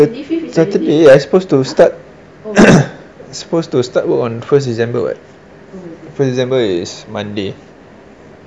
third saturday ah I supposed to start supposed to start work on first december [what] first december monday